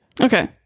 Okay